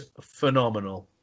phenomenal